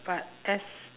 but that's